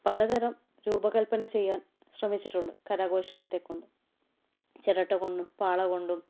പലതരം രൂപകല്പന ചെയ്യാൻ ശ്രമിച്ചിട്ടുണ്ട് കരകൗശലത്തെ കൊണ്ട് ചിരട്ടകൊണ്ടും പാളകൊണ്ടും